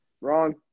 Wrong